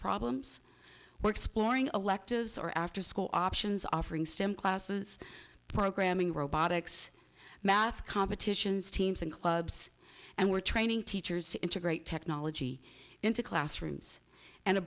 problems we're exploring electives or after school options offering stem classes programming robotics math competitions teams and clubs and we're training teachers to integrate technology into classrooms and